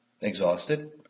exhausted